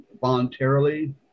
voluntarily